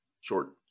short